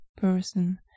person